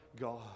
God